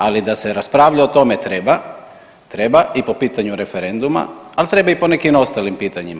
Ali da se raspravlja o tome treba, treba i po pitanju referenduma, ali treba i po nekim ostalim pitanjima.